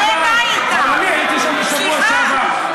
אבל אני הייתי שם בשבוע שעבר.